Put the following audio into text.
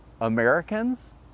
Americans